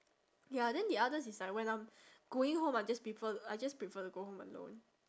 ya then the others it's like when I'm going home I just prefer I just prefer to go home alone